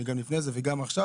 גם לפני זה וגם עכשיו.